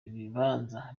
ibibanza